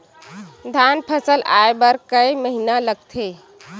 धान फसल आय बर कय महिना लगथे?